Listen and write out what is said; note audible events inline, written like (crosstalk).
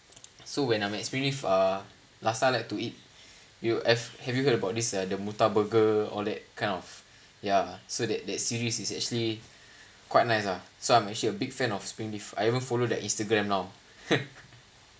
so when I'm at springleaf uh last time I like to eat you have have you heard about this uh the murtabak burger or that kind of ya so that that series is actually quite nice ah so I'm actually a big fan of springleaf I even follow their instagram now (laughs)